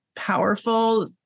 Powerful